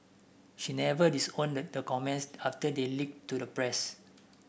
she never disowned the comments after they leaked to the press